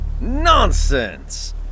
Nonsense